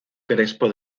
crespo